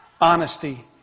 Honesty